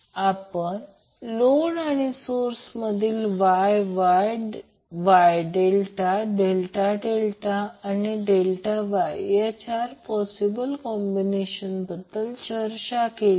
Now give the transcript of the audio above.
आपण लोड आणि सोर्समधील Y Y Y Δ Δ Δ आणि Δ Y या 4 पॉसिबल कॉम्बिनेशन बद्दल चर्चा केली